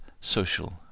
social